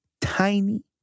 tiny